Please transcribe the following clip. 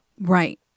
Right